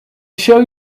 show